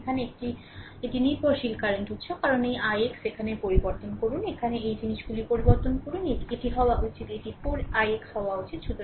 একটি এখানে এটি একটি নির্ভরশীল কারেন্ট উত্স কারণ এই ix এখানে পরিবর্তন করুন এখানে এই জিনিসগুলি পরিবর্তন করুন এটি এটি হওয়া উচিত এটি 4 ix হওয়া উচিত